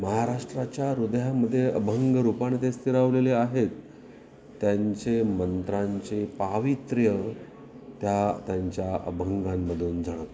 महाराष्ट्राच्या हृदयामध्ये अभंग रूपाने ते स्थिरावलेले आहेत त्यांचे मंत्रांचे पावित्र्य त्या त्यांच्या अभंगांमधून जाणवतं